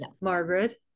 Margaret